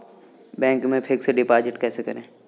Bank में fix deposit कैसे करें?